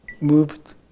moved